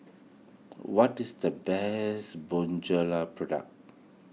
what is the best Bonjela product